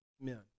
Amen